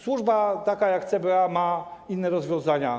Służba taka jak CBA ma inne rozwiązania.